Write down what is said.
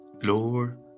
Lord